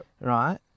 right